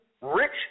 rich